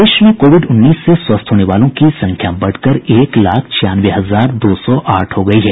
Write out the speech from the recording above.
प्रदेश में कोविड उन्नीस से स्वस्थ होने वालों की संख्या बढ़कर एक लाख छियानवे हजार दो सौ आठ हो गयी है